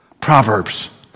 Proverbs